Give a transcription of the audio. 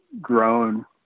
grown